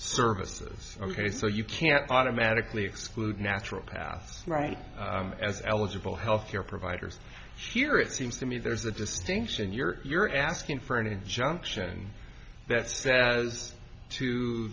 services ok so you can't automatically exclude natural pass right as eligible health care providers here it seems to me there's a distinction you're you're asking for an injunction that's